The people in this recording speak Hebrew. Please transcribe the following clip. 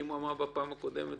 כי אם הוא אמר בפעם הקודמת